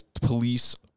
police